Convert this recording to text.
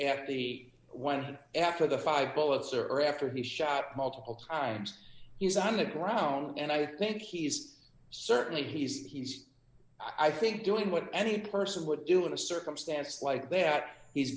after the one after the five bullets or after he shot multiple times use on the ground and i think he's certainly he's i think doing what any person would do in a circumstance like that he's